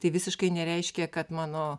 tai visiškai nereiškia kad mano